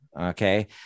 okay